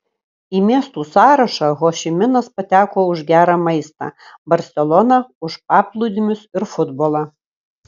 į miestų sąrašą ho ši minas pateko už gerą maistą barselona už paplūdimius ir futbolą